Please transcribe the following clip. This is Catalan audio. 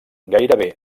gairebé